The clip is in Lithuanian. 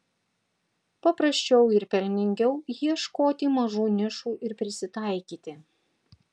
paprasčiau ir pelningiau ieškoti mažų nišų ir prisitaikyti